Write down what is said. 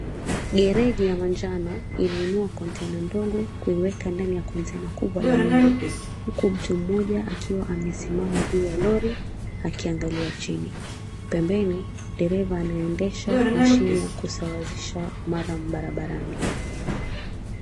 Gereji ya manjano inainua konteina ndogo kuliweka ndani ya konteina kubwa la lori huku mtu mmoja akiwa amesimama juu ya lori akiangalia chini. Pembeni dereva anaendesha mashini ya kusawazisha maram barabarani.